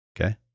Okay